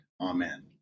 Amen